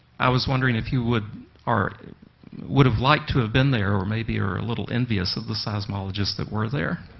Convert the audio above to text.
i was wondering if you would or would have liked to have been there or maybe are a little envious of the seismologists that were there?